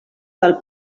del